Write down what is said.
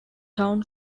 town